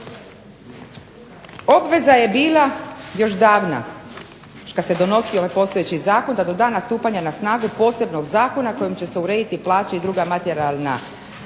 Obveza je bila još davna, još kad se donosio ovaj postojeći zakon da do dana stupanja na snagu posebnog zakona kojim će se urediti plaće i druga materijalna prava